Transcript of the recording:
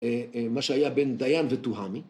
מה שהיה בין דיין ותוהאמי.